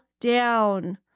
down